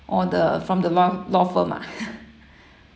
oh the from the law law firm ah